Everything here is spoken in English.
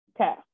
Okay